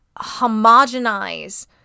homogenize